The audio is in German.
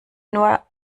nur